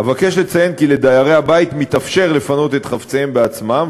אבקש לציין כי לדיירי הבית מתאפשר לפנות את חפציהם בעצמם,